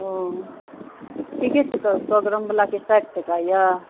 ओ ठीके छै तऽ सए ग्राम वालाकेँ साठि टका यऽ